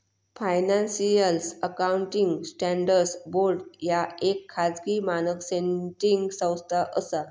financial accounting standards board ह्या येक खाजगी मानक सेटिंग संस्था असा